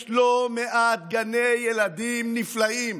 יש לא מעט גני ילדים נפלאים